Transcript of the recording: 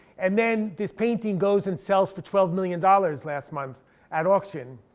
and then this painting goes in sells for twelve million dollars last month at auction.